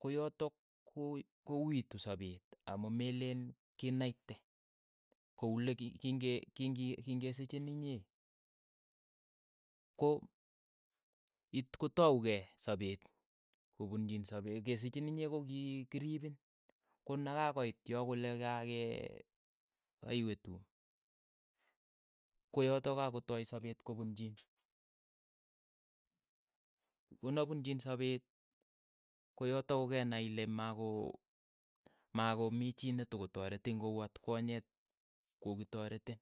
ko yatok ko kouiitu sapeet amu meleen kinaiite, ko uu le ki king'e king'i king'esichiin inye ko it kotau kei sapeet ko punchiin sapee kesichiin inye kokikiripiin konakakoit yo kole ka ke kaiwe tuum, ko yotok kakotai sapeet ko punchiin, ko ko na punchiin sapeet ko yotok ko ke nai ile mako mako mii chii netokotaretin ko uu atkonyet kokitareetin.